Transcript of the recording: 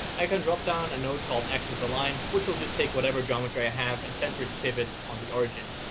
i can drop down a node called axis align, which will just take whatever geometry i have and center its pivot on the origin.